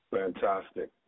Fantastic